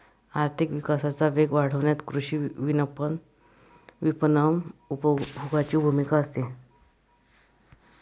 आर्थिक विकासाचा वेग वाढवण्यात कृषी विपणन उपभोगाची भूमिका असते